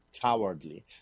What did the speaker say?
cowardly